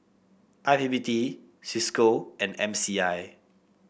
I P P T Cisco and M C I